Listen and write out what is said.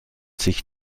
sich